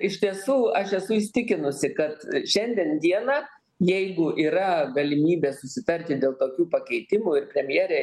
iš tiesų aš esu įsitikinusi kad šiandien dieną jeigu yra galimybė susitarti dėl tokių pakeitimų ir premjerė